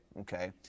Okay